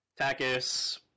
Takis